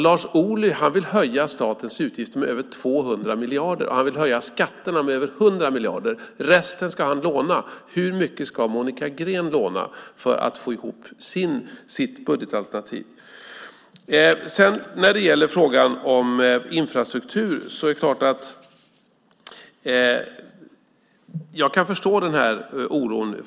Lars Ohly vill höja statens utgifter med över 200 miljarder. Han vill höja skatterna med över 100 miljarder. Resten ska han låna. Hur mycket ska Monica Green låna för att få ihop sitt budgetalternativ? När det gäller frågan om infrastruktur är det klart att jag kan förstå den här oron.